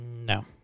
No